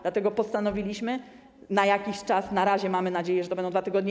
Dlatego postanowiliśmy zrobić to na jakiś czas - na razie mamy nadzieję, że to będą 2 tygodnie.